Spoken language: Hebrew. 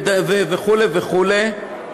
וכו' וכו',